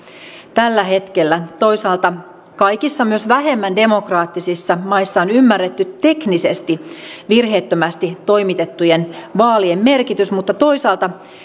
tällä hetkellä toisaalta kaikissa myös vähemmän demokraattisissa maissa on ymmärretty teknisesti virheettömästi toimitettujen vaalien merkitys mutta toisaalta